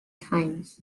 times